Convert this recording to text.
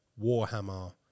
Warhammer